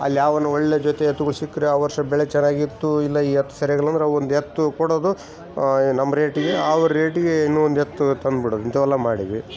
ಅಲ್ಲಿ ಯಾವನೋ ಒಳ್ಳೆ ಜೊತೆ ಎತ್ತುಗಳು ಸಿಕ್ಕರೆ ಆ ವರ್ಷ ಬೆಳೆ ಚೆನ್ನಾಗಿತ್ತು ಇಲ್ಲ ಇ ಎತ್ತು ಸರಿಯಾಗಿಲ್ಲಾಂದರೆ ಒಂದು ಎತ್ತು ಕೊಡೋದು ನಮ್ಮ ರೇಟಿಗೆ ಅವ್ರ ರೇಟಿಗೆ ಇನ್ನು ಒಂದು ಎತ್ತು ತಂದ್ಬಿಡೋದು ಇಂಥವೆಲ್ಲಾ ಮಾಡಿದೀವಿ